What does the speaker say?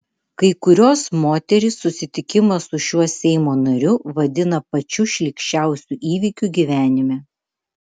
kai kurios moterys susitikimą su šiuo seimo nariu vadina pačiu šlykščiausiu įvykiu gyvenime